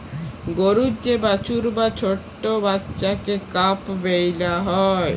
গরুর যে বাছুর বা ছট্ট বাচ্চাকে কাফ ব্যলা হ্যয়